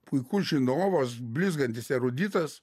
puikus žinovas blizgantis eruditas